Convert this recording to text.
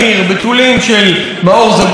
"בתולים" של מאור זגורי.